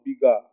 bigger